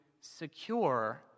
secure